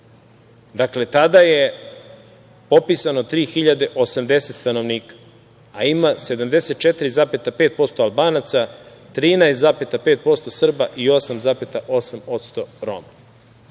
Dakle, tada je popisano 3080 stanovnika, a ima 74,5% Albanaca, 13,5% Srba i 8,8%